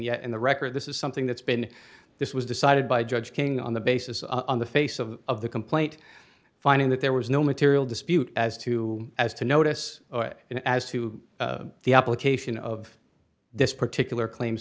yet in the record this is something that's been this was decided by judge king on the basis of on the face of of the complaint finding that there was no material dispute as to as to notice and as to the application of this particular claims